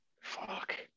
fuck